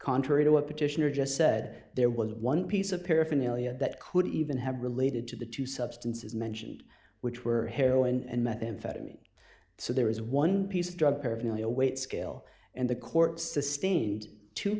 contrary to what petitioner just said there was one piece of paraphernalia that could even have related to the two substances mentioned which were heroin and methamphetamine so there was one piece of drug paraphernalia a weight scale and the court sustained two